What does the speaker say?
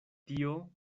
tio